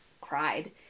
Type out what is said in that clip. cried